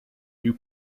you